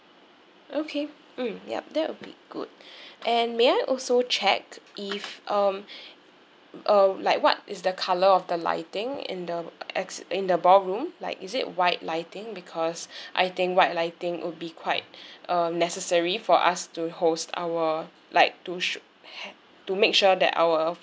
okay mm yup that would be good and may I also check if um uh like what is the colour of the lighting in the ex~ in the ballroom like is it white lighting because I think white lighting would be quite uh necessary for us to host our like to shoo~ ha~ to make sure that our